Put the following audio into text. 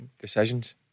decisions